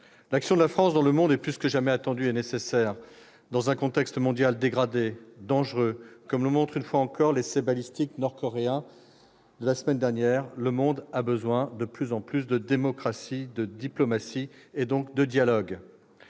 L'action de la France dans le monde est plus que jamais attendue et nécessaire. Dans un contexte mondial dégradé, dangereux, comme le montre une fois encore l'essai balistique nord-coréen de la semaine dernière, le monde a besoin de plus de démocratie, de diplomatie et de dialogue.